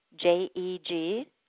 J-E-G